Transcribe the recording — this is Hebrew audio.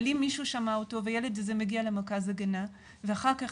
אבל אם מישהו שמע אותו והילד הזה מגיע למרכז הגנה ואחר כך